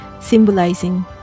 symbolizing